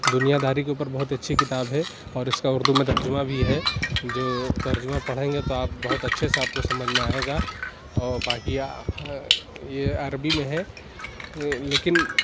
دنیاداری کے اوپر بہت اچھی کتاب ہے اور اِس کا اُردو میں ترجمہ بھی ہے جو ترجمہ پڑھیں گے تو آپ بہت اچھے سے آپ سمجھ میں آئے گا اور باقیہ یہ عربی میں ہے لیکن